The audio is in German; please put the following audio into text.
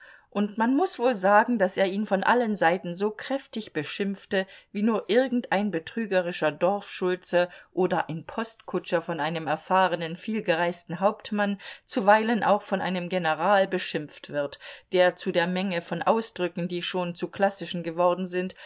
und man muß wohl sagen daß er ihn von allen seiten so kräftig beschimpfte wie nur irgendein betrügerischer dorfschulze oder ein postkutscher von einem erfahrenen vielgereisten hauptmann zuweilen auch von einem general beschimpft wird der zu der menge von ausdrücken die schon zu klassischen geworden sind